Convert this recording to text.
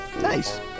Nice